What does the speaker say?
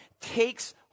takes